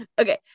okay